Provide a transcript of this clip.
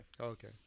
Okay